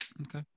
Okay